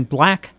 Black